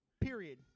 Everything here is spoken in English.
Period